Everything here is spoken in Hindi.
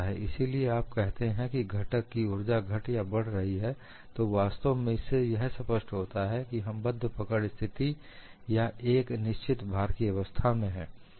इसीलिए आप कहते हैं कि घटक की ऊर्जा घट या बढ़ रही है तो वास्तव में तो इससे यह स्पष्ट होता है कि हम बद्ध पकड़ स्थिति या एक निश्चित भार की अवस्था में है